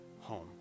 home